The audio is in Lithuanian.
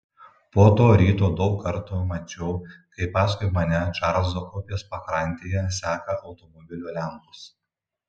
po to ryto daug kartų mačiau kaip paskui mane čarlzo upės pakrantėje seka automobilio lempos